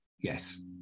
Yes